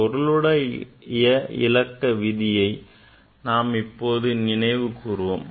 பொருளுடைய இலக்க விதியை நாம் இப்போது நினைவு கூறுவோம்